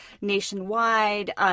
Nationwide